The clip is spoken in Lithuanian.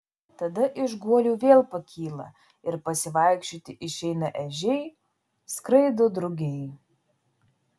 tada iš guolių vėl pakyla ir pasivaikščioti išeina ežiai skraido drugiai